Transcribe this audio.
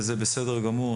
וזה בסדר גמור.